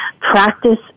practice